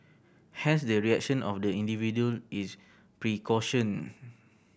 hence the reaction of the individual is precaution